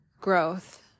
growth